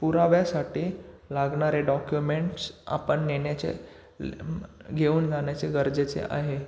पुराव्यासाठी लागणारे डॉक्युमेंट्स आपण नेण्याचे घेऊन जाण्याचे गरजेचे आहे